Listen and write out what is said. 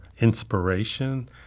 inspiration